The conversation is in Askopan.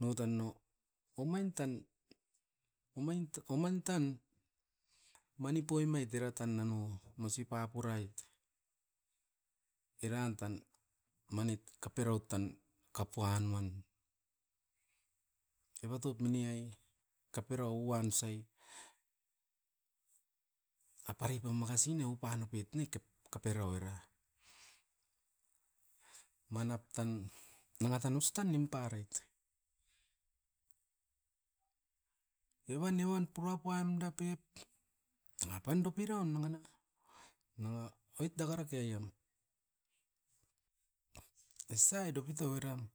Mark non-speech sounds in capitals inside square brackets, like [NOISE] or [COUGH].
No tan no, omain tan-omain [HESITATION] omain tan mani poimaeit era tan nanoa mosi papuraiet. Eran tan manit kaperaut tan kapua nuan, evatop mini'ai kaperau uamsa'i aparipa makasinia upanopit ne [HESITATION] kaperau era. Manap tan nanga tan os tan nim parait. Evan-evan purapam da pep nanga pan dopiraun nanga na, nanga oit daka rake iam, esai dopitau eram,